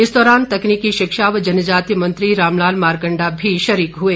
इस दौरान तकनीकि शिक्षा व जनजातीय मंत्री रामलाल मारकंडा भी शरीक हुए